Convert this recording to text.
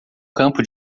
campo